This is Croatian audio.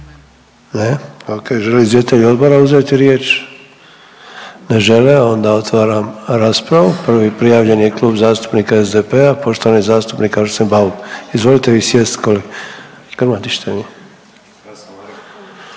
Ne, okej. Žele li izvjestitelj odbora uzeti riječ? Ne žele. Onda otvaram raspravu, prvi prijavljeni je Klub zastupnika SDP-a, poštovani zastupnik Arsen Bauk. Izvolite vi sjest ko…,